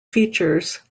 features